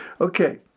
Okay